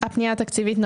הפנייה אושרה.